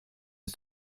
ist